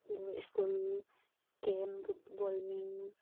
ꯑꯗꯨꯒ school K M blooming